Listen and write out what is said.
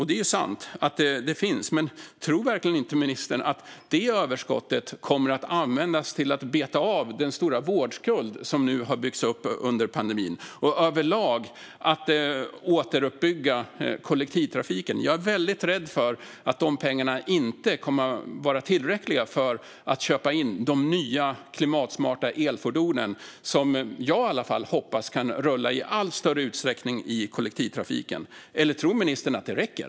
Det är sant att detta finns, men tror verkligen inte ministern att det överskottet kommer att användas till att beta av den stora vårdskuld som har byggts upp under pandemin och till att återuppbygga kollektivtrafiken överlag? Jag är väldigt rädd för att dessa pengar inte kommer att vara tillräckliga för att köpa in de nya klimatsmarta elfordon som i alla fall jag hoppas kan rulla i allt större utsträckning i kollektivtrafiken. Tror ministern att detta räcker?